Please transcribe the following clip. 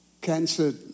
cancer